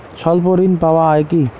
স্বল্প ঋণ পাওয়া য়ায় কি?